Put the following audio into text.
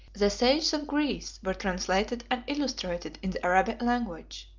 the sages of greece were translated and illustrated in the arabic language,